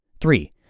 Three